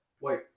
Wait